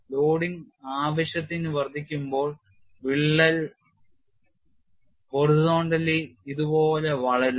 loading ആവശ്യത്തിന് വർദ്ധിക്കുമ്പോൾ വിള്ളൽ തിരശ്ചീനമായി ഇതുപോലെ വളരുന്നു